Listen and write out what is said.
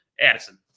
Addison